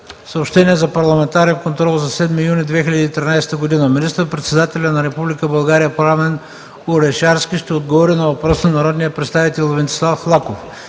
Съобщения за Парламентарния контрол за 7 юни 2013 г., петък: 1. Министър-председателят на Република Българи Пламен Орешарски ще отговори на въпрос от народния представител Венцислав Лаков.